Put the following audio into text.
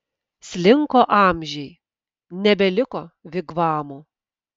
slinko amžiai nebeliko vigvamų